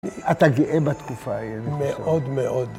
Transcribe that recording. אתה גאה בתקופה האלה. מאוד מאוד.